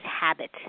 habit